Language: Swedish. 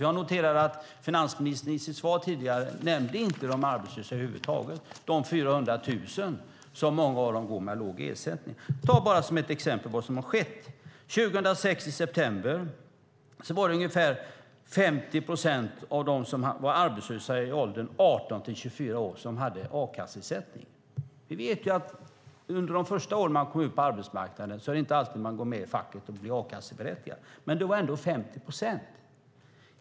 Jag noterar att finansministern i sitt svar tidigare inte nämnde de arbetslösa över huvud taget, de 400 000 personer varav många går med låg ersättning. Här är bara ett exempel på vad som har skett: År 2006 i september var det ungefär 50 procent av de arbetslösa i åldern 18-24 år som hade a-kasseersättning. Vi vet att man inte alltid går med i facket och blir a-kasseberättigad under de första åren när man kommer ut på arbetsmarknaden, men det var ändå 50 procent.